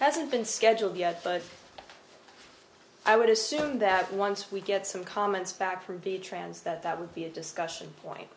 hasn't been scheduled yet but i would assume that once we get some comments back from be trans that would be a discussion point